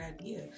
idea